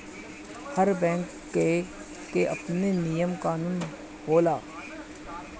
हर bank कअ आपन नियम कानून होला